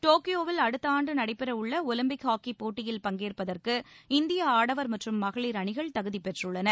டோக்கியோவில் அடுத்த ஆண்டு நடைபெறவுள்ள ஒலிம்பிக் ஹாக்கிப்போட்டியில் பங்கேற்பதற்கு இந்திய ஆடவர் மற்றும் மகளிர் அணிகள் தகுதி பெற்றுள்ளன